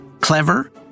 clever